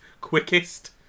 Quickest